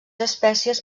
espècies